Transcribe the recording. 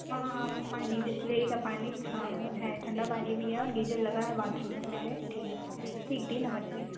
हाँ हाँ पानी बिसलेरी का पानी हाँ है ठंडा पानी भी है और गीजर लगा है बाथरूम में हमारे ठीक ठीक दी नमस्ते